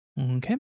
Okay